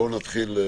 בואו נתחיל.